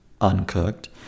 uncooked